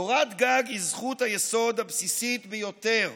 קורת גג היא זכות היסוד הבסיסית ביותר,